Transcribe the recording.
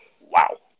Wow